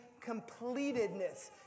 completedness